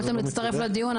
יכולתם להצטרף לדיון,